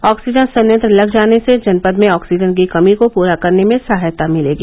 oxygen संयंत्र लग जाने से जनपद में ऑक्सीजन की कमी को पूरा करने में सहायता मिलेगी